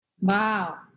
wow